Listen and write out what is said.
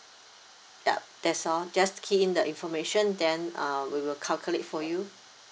yup that's all just key in the information then uh we will calculate for you